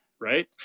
Right